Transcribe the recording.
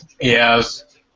Yes